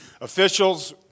officials